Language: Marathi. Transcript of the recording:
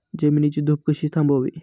जमिनीची धूप कशी थांबवावी?